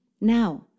now